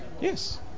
Yes